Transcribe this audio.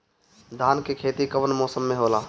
धान के खेती कवन मौसम में होला?